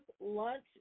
lunch